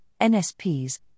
NSPs